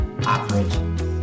average